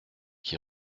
qui